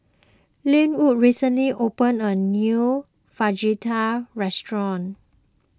Lenwood recently opened a new Fajitas Restaurant